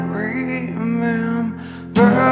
remember